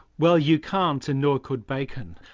well you can't and nor could bacon.